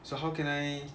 so how can I